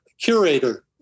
curator